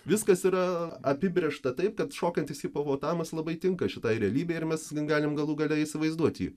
viskas yra apibrėžta taip kad šokantis hipopotamas labai tinka šitai realybei ir mes galim galų gale įsivaizduot jį